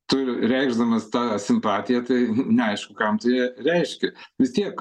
tu reikšdamas tą simpatiją tai neaišku kam tu ją reiški vis tiek